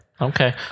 Okay